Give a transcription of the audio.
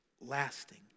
lasting